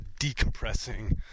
decompressing